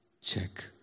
check